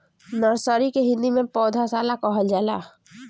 nursery के हिंदी में पौधशाला कहल जाला